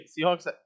Seahawks